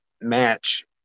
match